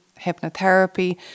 hypnotherapy